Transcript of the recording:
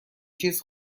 چیز